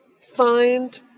find